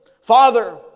father